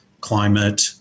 climate